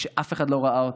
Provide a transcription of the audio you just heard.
ושאף אחד לא ראה אותה,